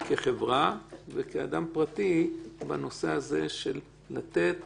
כחברה וכאדם פרטי בנושא של לתת